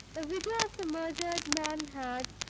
the widow of the murdered man had,